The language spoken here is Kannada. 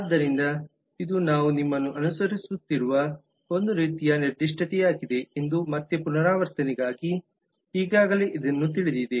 ಆದ್ದರಿಂದ ಇದು ನಾವು ನಿಮ್ಮನ್ನು ಅನುಸರಿಸುತ್ತಿರುವ ಒಂದು ರೀತಿಯ ನಿರ್ದಿಷ್ಟತೆಯಾಗಿದೆ ಎಂದು ಮತ್ತೆ ಪುನರಾವರ್ತನೆಗಾಗಿ ಈಗಾಗಲೇ ಇದನ್ನು ತಿಳಿದಿದೆ